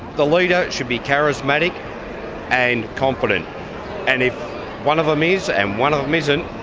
the leader should be charismatic and confident and if one of them is and one of them isn't,